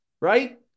right